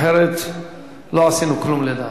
אחרת לא עשינו כלום, לדעתי.